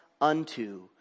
unto